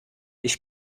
ich